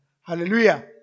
Hallelujah